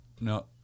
No